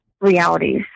realities